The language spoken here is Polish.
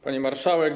Pani Marszałek!